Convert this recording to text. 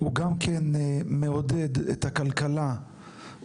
הוא גם כן מעודד את הכלכלה באילת,